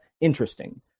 interesting